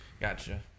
Gotcha